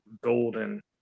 golden